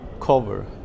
cover